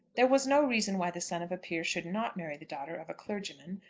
there was no reason why the son of a peer should not marry the daughter of a clergyman.